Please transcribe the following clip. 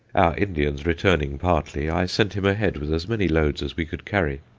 indians returning partly, i sent him ahead with as many loads as we could carry,